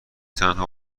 تنها